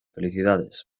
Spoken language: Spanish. felicidades